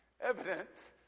Evidence